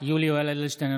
יולי יואל אדלשטיין,